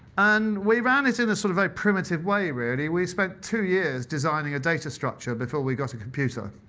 and we ran it in a sort of a primitive way, really. we spent two years designing a data structure before we got a computer,